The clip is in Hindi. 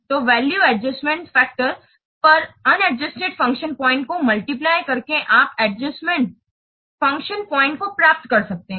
तो वैल्यू एडजस्टमेंट फैक्टर पर अनादजूस्टेड फ़ंक्शन पॉइंट को मल्टीप्लय करके आप एडजस्टमेंट फ़ंक्शन पॉइंट को प्राप्त कर सकते हैं